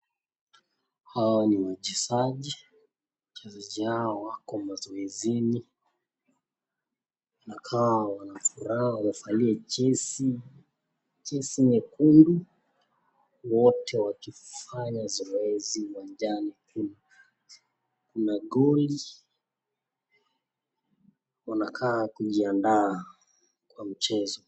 Hawa ni wachezaji wachezaji hawa wako mazoezini inakaa wanafuraha .Wamevalia jezi nyekundu wote wakifanya zoezi uwanjani kuna goli ,wanakaa kujiandaa kwa mchezo.